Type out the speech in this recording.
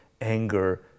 anger